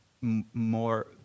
more